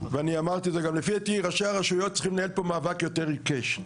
ואני אמרתי גם לפי דעתי ראשי הרשויות צריכים לנהל פה מאבק יותר עיקש.